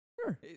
Sure